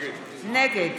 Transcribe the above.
נגד